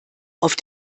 auf